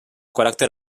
caràcter